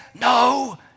no